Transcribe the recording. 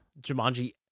Jumanji